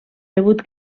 rebut